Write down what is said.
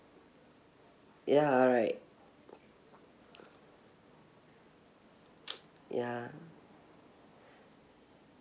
ya right ya